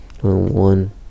One